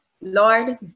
Lord